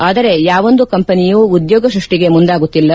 ಆದರೆ ಯಾವೊಂದು ಕಂಪನಿಯೂ ಉದ್ಯೋಗ ಸ್ಪಷ್ಟಿಗೆ ಮುಂದಾಗುತ್ತಿಲ್ಲ